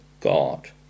God